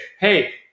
hey